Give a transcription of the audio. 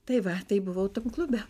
tai va tai buvau tam klube